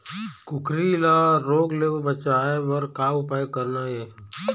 कुकरी ला रोग ले बचाए बर का उपाय करना ये?